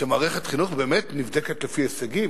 שמערכת חינוך באמת נבדקת לפי הישגים,